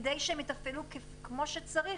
כדי שהם יפעלו כמו שצריך,